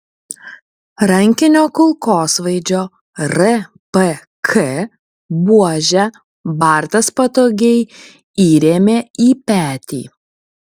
rankinio kulkosvaidžio rpk buožę bartas patogiai įrėmė į petį